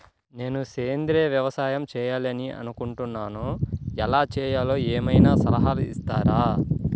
నేను సేంద్రియ వ్యవసాయం చేయాలి అని అనుకుంటున్నాను, ఎలా చేయాలో ఏమయినా సలహాలు ఇస్తారా?